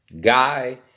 Guy